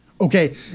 Okay